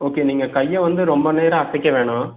okay நீங்கள் கையை வந்து ரொம்ப நேரம் அசைக்க வேணாம்